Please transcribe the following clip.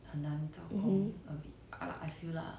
mmhmm